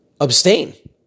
abstain